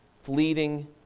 fleeting